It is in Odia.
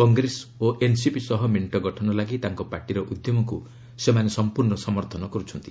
କଂଗ୍ରେସ ଓ ଏନ୍ସିପି ସହ ମେଣ୍ଟ ଗଠନ ଲାଗି ତାଙ୍କ ପାର୍ଟିର ଉଦ୍ୟମକୁ ସେମାନେ ସମ୍ପର୍ଣ୍ଣ ସମର୍ଥନ କର୍ତ୍ଥନ୍ତି